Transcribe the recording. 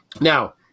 now